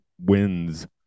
wins